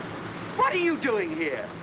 what are you doing here?